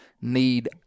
need